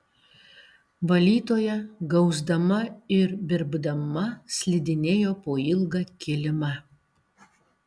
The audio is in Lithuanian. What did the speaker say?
valytoja gausdama ir birbdama slidinėjo po ilgą kilimą